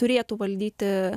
turėtų valdyti